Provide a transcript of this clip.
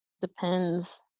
Depends